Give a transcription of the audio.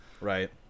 Right